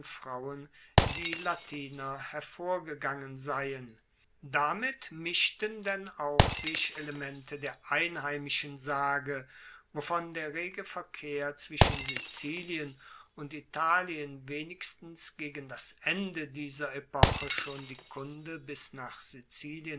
frauen die latiner hervorgegangen seien damit mischten denn auch sich elemente der einheimischen sage wovon der rege verkehr zwischen sizilien und italien wenigstens gegen das ende dieser epoche schon die kunde bis nach sizilien